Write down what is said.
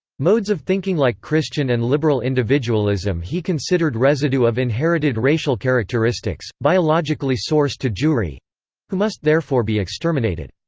modes of thinking like christian and liberal individualism he considered residue of inherited racial characteristics, biologically sourced to jewry who must therefore be exterminated.